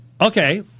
okay